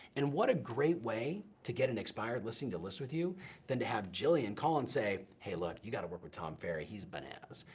and what a great way to get an expired listing to list with you than to have jillian call and say, hey, look, you gotta work with tom ferry, he's bananas.